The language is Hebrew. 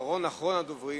אחרון-אחרון הדוברים,